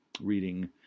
reading